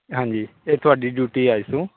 ਹਾਂਜੀ ਇਹ ਤੁਹਾਡੀ ਡਿਊਟੀ ਅੱਜ ਤੋਂ